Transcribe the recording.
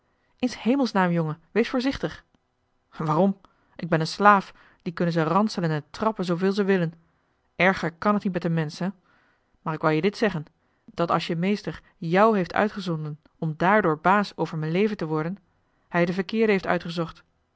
hemels naam jongen wees voorzichtig waarom ik ben een slaaf dien kunnen ze ranselen en trappen zooveel ze willen erger kan het niet met een mensch hè maar ik wou je dit zeggen dat als je meester jou heeft uitgezonden om daardoor baas over m'n leven te worden hij den verkeerde heeft uitgezocht